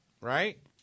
Right